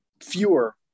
fewer